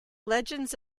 legends